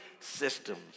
systems